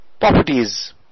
properties